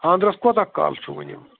خانٛدرس کوتاہ کال چھُو وٕنہِ